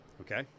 Okay